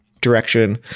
direction